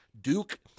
Duke